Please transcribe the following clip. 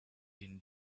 din